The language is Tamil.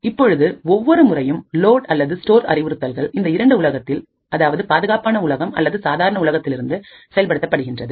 இப்பொழுது ஒவ்வொரு முறையும் லோட் அல்லது ஸ்டோர் அறிவுறுத்தல்கள் இந்த இரண்டு உலகத்திலிருந்து அதாவது பாதுகாப்பான உலகம் அல்லது சாதாரண உலகத்திலிருந்து செயல்படுத்தப்படுகின்றது